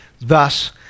Thus